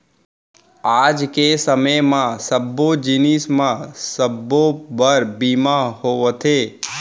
आज के समे म सब्बो जिनिस म सबो बर बीमा होवथे